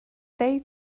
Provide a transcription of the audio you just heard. they